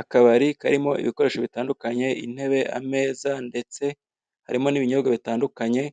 Akabari karimo ibikoresho bitandukanye: intebe, ameza ndetse harimo n' ibinyobwa bitandukanye.